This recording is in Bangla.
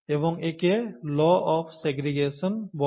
এবং একে 'ল অফ সিগ্রেগেশন' বলে